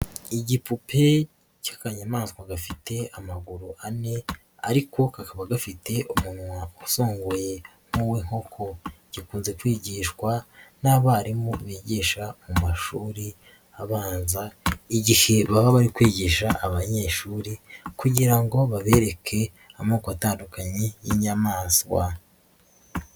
Igipupe cy'akanyamaswa gafite amaguru ane ariko kakaba gafite umunwa usongoye nk'uw'inkoko gikunze kwigishwa n'abarimu bigisha mu mashuri abanza igihe baba bari kwigisha abanyeshuri kugira ngo babereke amoko atandukanye y'inyamaswa.